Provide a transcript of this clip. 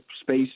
space